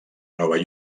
nova